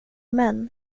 män